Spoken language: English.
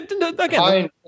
again